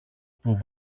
που